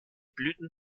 blüten